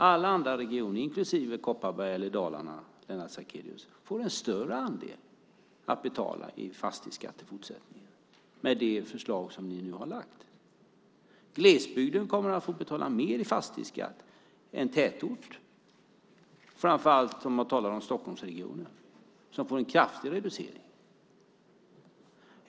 Alla andra regioner, inklusive Kopparberg eller Dalarna, får en större andel att betala i fastighetsskatt i fortsättningen med det förslag som ni nu har lagt fram. Glesbygden kommer att få betala mer i fastighetsskatt än tätorten, framför allt om man talar om Stockholmsregionen som får en kraftig reducering.